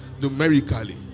numerically